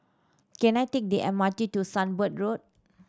can I take the M R T to Sunbird Road